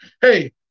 hey